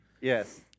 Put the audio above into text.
Yes